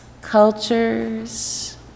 cultures